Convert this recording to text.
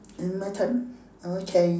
and my turn oh okay